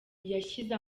yashyize